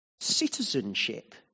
citizenship